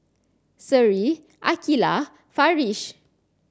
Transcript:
Seri Aqeelah Farish